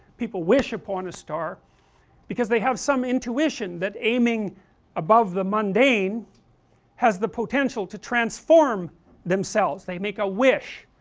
people wish upon a star because they have some intuition that aiming above the mundane has the potential to transform themselves, they make a wish,